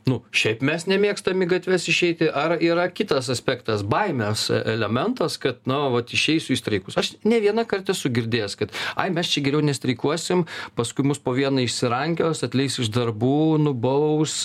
nu šiaip mes nemėgstam į gatves išeiti ar yra kitas aspektas baimės elementas kad no vot išeisiu į streikus aš ne vienąkart esu girdėjęs kad ai mes čia geriau nestreikuosim paskui mus po vieną išsirankios atleis už darbų nubaus